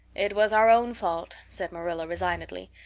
it was our own fault, said marilla resignedly.